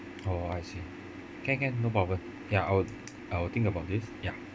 oh I see can can no problem ya I'll I will think about this ya